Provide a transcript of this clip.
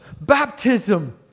Baptism